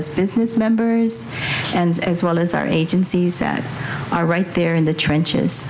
as business members and as well as our agencies that are right there in the trenches